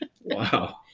wow